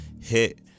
Hit